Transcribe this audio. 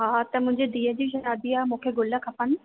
हा त मुंहिजे धीअ जी शादी आहे मूंखे ग़ुल खपनि